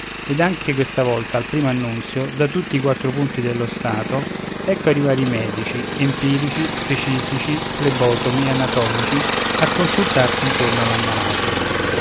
ed anche questa volta al primo annunzio da tutti i quattro punti dello stato ecco arrivare i medici empirici specifici flebotomi anatomici a consultarsi intorno all'ammalato